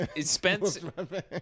Spencer